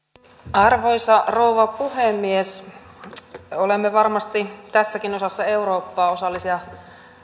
arvoisa rouva puhemies olemme varmasti tässäkin osassa eurooppaa osallisia